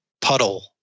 puddle